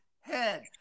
head